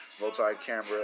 multi-camera